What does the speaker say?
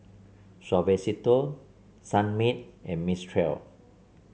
Suavecito Sunmaid and Mistral